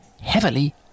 heavily